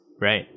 right